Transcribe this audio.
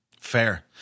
Fair